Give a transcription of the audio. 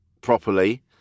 properly